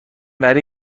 وری